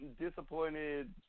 disappointed